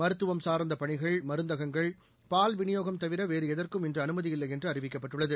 மருத்துவம் சார்ந்த பணிகள் மருந்தகங்கள் பால்விநியோகம் தவிர வேறு எதற்கும் இன்று அனுமதியில்லை என்று அறிவிக்கப்பட்டுள்ளது